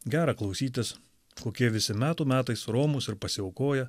gera klausytis kokie visi metų metais romūs ir pasiaukoję